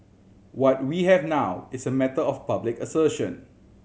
what we have now is a matter of public assertion